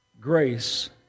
Grace